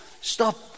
stop